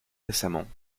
récemment